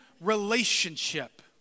relationship